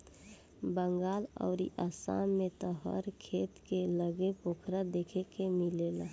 बंगाल अउरी आसाम में त हर खेत के लगे पोखरा देखे के मिलेला